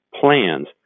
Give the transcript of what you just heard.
plans